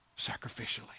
sacrificially